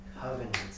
covenants